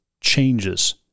changes